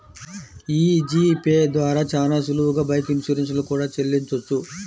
యీ G pay ద్వారా చానా సులువుగా బైక్ ఇన్సూరెన్స్ లు కూడా చెల్లించొచ్చు